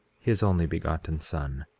his only begotten son,